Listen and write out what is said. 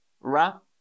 Wrap